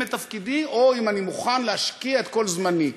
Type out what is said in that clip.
את תפקידי או אם אני מוכן להשקיע את כל זמני.